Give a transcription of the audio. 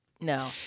no